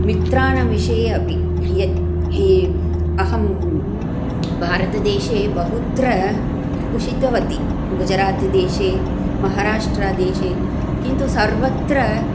मित्राणं विषये अपि यत् अहं भारतदेशे बहुत्र उषितवती गुजरात् देशे महाराष्ट्रा देशे किन्तु सर्वत्र